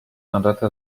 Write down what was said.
mandate